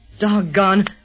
Doggone